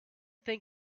think